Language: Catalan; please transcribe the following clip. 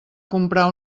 comprar